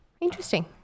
Interesting